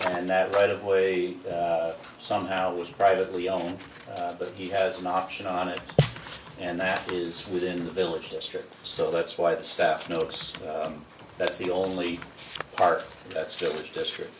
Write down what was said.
and that right of way somehow was privately owned but he has an option on it and that is within the village district so that's why the staff notice that's the only part that still is district